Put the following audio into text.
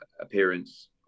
appearance